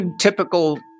typical